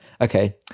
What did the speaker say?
okay